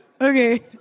Okay